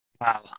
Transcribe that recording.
Wow